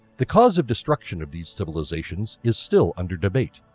the cause of destruction of these civilizations is still under debate.